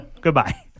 Goodbye